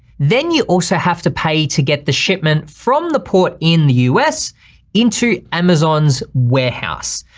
then you also have to pay to get the shipment from the port in the us into amazon's warehouse.